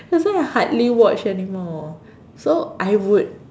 that's why I hardly watch anymore so I would